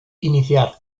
iniciar